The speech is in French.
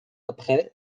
après